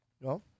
No